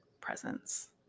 presence